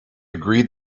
agreed